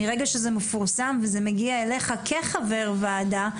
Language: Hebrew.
מרגע שזה מפורסם וזה מגיע אליך כחבר ועדה,